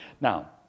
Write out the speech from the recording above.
Now